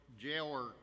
jailer